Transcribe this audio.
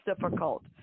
difficult